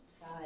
side